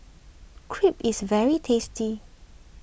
Crepe is very tasty